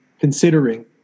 considering